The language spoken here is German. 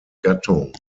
gattung